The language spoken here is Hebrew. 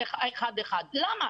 למה?